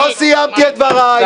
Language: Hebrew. לא סיימתי את דבריי,